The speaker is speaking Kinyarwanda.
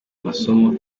amasomo